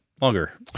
longer